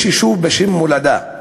יש יישוב בשם מולדה,